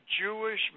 Jewish